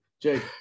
Jake